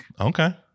okay